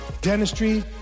Dentistry